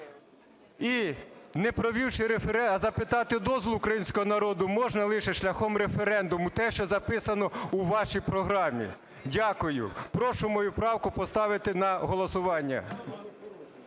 І не провівши референдум, а запитати дозвіл в українського народу можна лише шляхом референдуму, те, що записано у вашій програмі. Дякую. Прошу мою правку поставити на голосування.